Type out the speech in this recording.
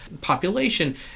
population